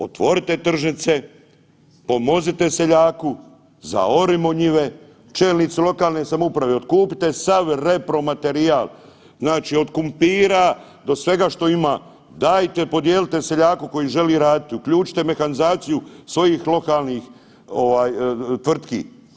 Otvorite tržnice, pomozite seljaku, zorimo njive, čelnici lokalne samouprave otkupite sav repromaterijal od krumpira do svega što ima, dajte podijelite seljaku koji želi raditi, uključite mehanizaciju svojih lokalnih tvrtki.